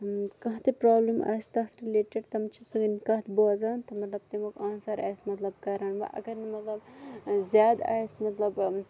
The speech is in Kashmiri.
کانٛہہ تہٕ پروبلَم آسہِ تَتھ رِلیٹِڈ تِم چھِ سٲنۍ کَتھ بوزان تہٕ مَطلَب تمیُک آنسَر اَسہِ مَطلَب کَران وۄنۍ اَگَر نہٕ مَطلَب زیاد آسہِ مَطلَب